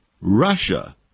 Russia